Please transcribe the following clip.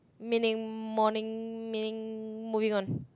meaning morning meaning moving on